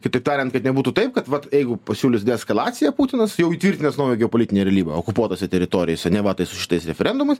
kitaip tariant kad nebūtų taip kad vat jeigu pasiūlis deeskalaciją putinas jau įtvirtinęs naują geopolitinę realybę okupuotose teritorijose neva tai su šitais referendumais